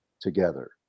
together